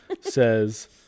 says